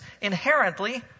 inherently